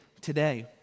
today